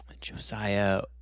Josiah